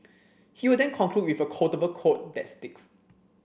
he will then conclude with a quotable quote that sticks